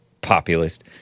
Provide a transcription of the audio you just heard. Populist